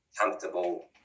comfortable